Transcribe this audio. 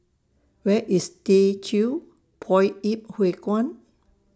Where IS Teochew Poit Ip Huay Kuan